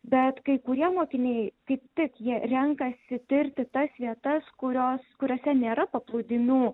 bet kai kurie mokiniai kaip tik jie renkasi tirti tas vietas kurios kuriose nėra paplūdimių